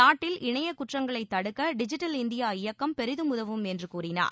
நாட்டில் இணைய குற்றங்களை தடுக்க டிஜிட்டல் இந்தியா இயக்கம் பெரிதும் உதவும் என்று கூறினார்